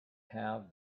have